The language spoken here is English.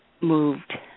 Moved